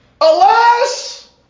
Alas